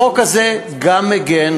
החוק הזה גם מגן,